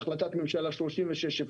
בהחלטת ממשלה 3609,